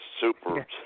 super